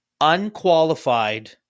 Unqualified